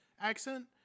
accent